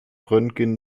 röntgen